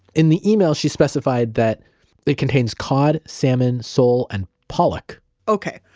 in the email she specified that it contains cod, salmon, sole and pollock okay.